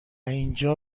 اینجا